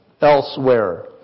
Elsewhere